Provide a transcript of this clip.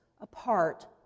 apart